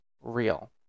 real